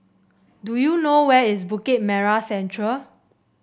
do you know where is Bukit Merah Central